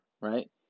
right